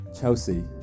chelsea